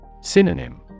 Synonym